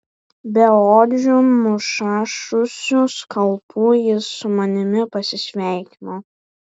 beodžiu nušašusiu skalpu jis su manimi pasisveikino